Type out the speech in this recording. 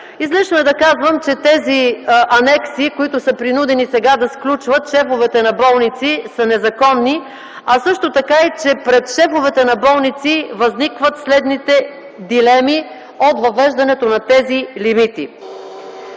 Излишно е да казвам, че анексите, които сега са принудени да сключат шефовете на болниците, са незаконни, а също така и че пред шефовете на болниците възниква следната дилема от въвеждането на тези лимити: